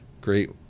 great